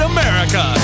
America